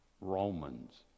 Romans